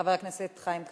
חבר הכנסת חיים כץ?